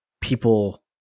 people